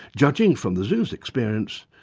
judging from the zoos' experience,